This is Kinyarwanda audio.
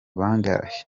bangahe